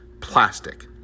Plastic